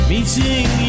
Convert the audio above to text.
Meeting